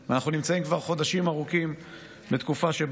ואנחנו נמצאים כבר חודשים ארוכים בתקופה שבה